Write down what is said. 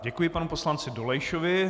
Děkuji panu poslanci Dolejšovi.